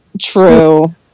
True